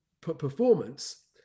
performance